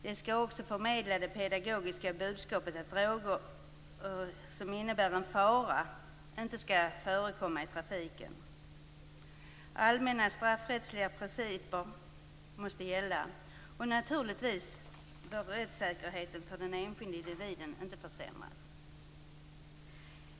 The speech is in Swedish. De skall också förmedla det pedagogiska budskapet att droger som innebär en fara inte skall förekomma i trafiken. Allmänna straffrättsliga principer måste gälla. Naturligtvis får rättssäkerheten för den enskilde individen inte försämras.